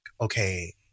okay